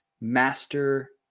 master